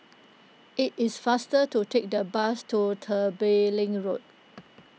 it is faster to take the bus to Tembeling Road